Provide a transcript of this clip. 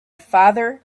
father